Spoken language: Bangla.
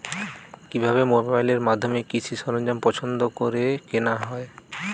কিভাবে মোবাইলের মাধ্যমে কৃষি সরঞ্জাম পছন্দ করে কেনা হয়?